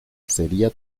sería